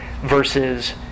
versus